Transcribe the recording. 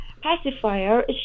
pacifier